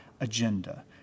agenda